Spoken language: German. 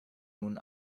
nun